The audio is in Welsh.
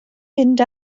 mynd